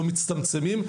לא מצטמצמים.